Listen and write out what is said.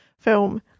film